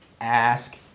ask